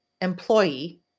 employee